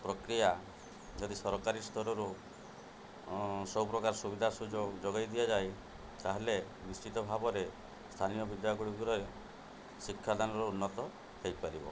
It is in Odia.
ପ୍ରକ୍ରିୟା ଯଦି ସରକାରୀ ସ୍ତରରୁ ସବୁପ୍ରକାର ସୁବିଧା ସୁଯୋଗ ଯୋଗାଇ ଦିଆଯାଏ ତା'ହେଲେ ନିଶ୍ଚିତ ଭାବରେ ସ୍ଥାନୀୟ ବିଦ୍ୟାଗୁଡ଼ିକରେ ଶିକ୍ଷାଦାନରୁ ଉନ୍ନତ ହେଇପାରିବ